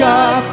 God